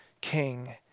king